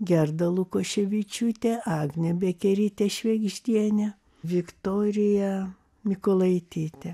gerda lukoševičiūtė agnė bekerytė švėgždienė viktorija mykolaitytė